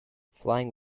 flying